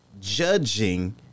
judging